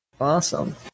Awesome